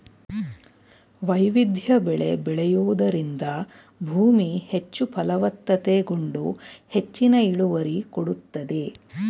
ವೈವಿಧ್ಯ ಬೆಳೆ ಬೆಳೆಯೂದರಿಂದ ಭೂಮಿ ಹೆಚ್ಚು ಫಲವತ್ತತೆಗೊಂಡು ಹೆಚ್ಚಿನ ಇಳುವರಿ ಕೊಡುತ್ತದೆ